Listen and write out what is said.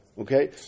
Okay